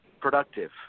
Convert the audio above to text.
productive